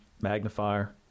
magnifier